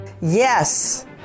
Yes